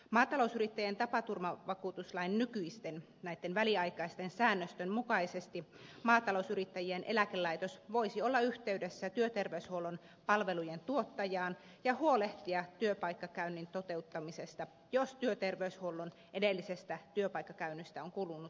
maatalousyrittäjien tapaturmavakuutuslain näitten nykyisten väliaikaisten säännösten mukaisesti maatalousyrittäjien eläkelaitos voisi olla yhteydessä työterveyshuollon palvelujen tuottajaan ja huolehtia työpaikkakäynnin toteuttamisesta jos työterveyshuollon edellisestä työpaikkakäynnistä on kulunut yli neljä vuotta